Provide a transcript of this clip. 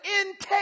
intake